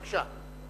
בבקשה.